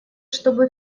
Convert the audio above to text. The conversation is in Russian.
чтобы